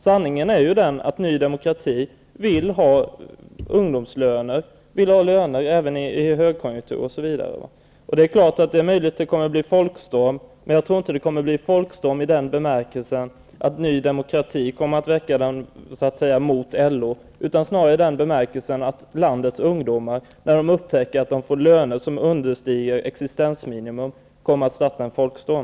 Sanningen är den att Ny demokrati vill ha ungdomslöner, även i en högkonjunktur. Det är möjligt att det kommer att bli en folkstorm, men jag tror inte att det blir det i den bemärkelsen att Ny demokrati väcker den mot LO, utan snarare i den bemärkelsen att landets ungdomar, när de upptäcker att de får löner som understiger existensminimum, startar en folkstorm.